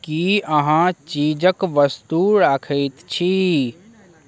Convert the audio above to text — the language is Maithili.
की अहाँ चीजक वस्तु राखैत छी